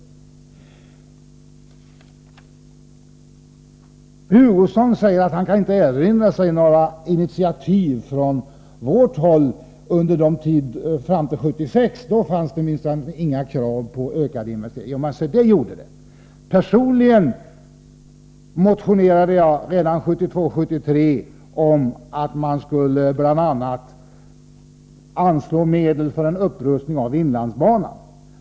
Kurt Hugosson säger att han inte kan erinra sig några initiativ från vårt håll under tiden fram till 1976 — då fanns det inga krav på ökade investeringar. Jo, se det gjorde det! Personligen motionerade jag redan 1972-1973 bl.a. om att man skulle anslå medel för en upprustning av inlandsbanan.